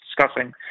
discussing